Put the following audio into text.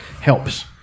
helps